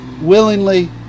willingly